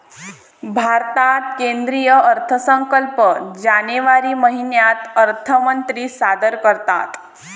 भारतात केंद्रीय अर्थसंकल्प जानेवारी महिन्यात अर्थमंत्री सादर करतात